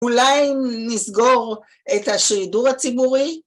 ‫אולי אם נסגור את השידור הציבורי